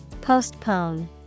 Postpone